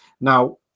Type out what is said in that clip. now